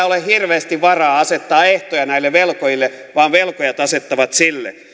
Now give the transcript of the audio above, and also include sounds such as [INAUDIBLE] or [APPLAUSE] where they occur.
[UNINTELLIGIBLE] ole hirveästi varaa asettaa ehtoja näille velkojille vaan velkojat asettavat sille